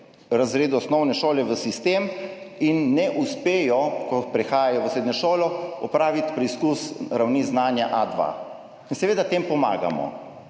razredu osnovne šole v sistem in ne uspejo, ko prehajajo v srednjo šolo, opraviti preizkusa ravni znanja A2, in seveda tem pomagamo.